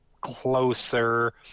closer